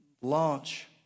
launch